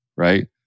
Right